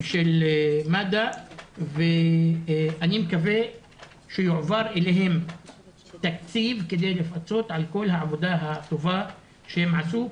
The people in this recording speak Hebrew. אני מקווה שיועבר אליהם תקציב כדי לפצות על כל העבודה הטובה שהם עשו,